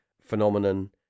phenomenon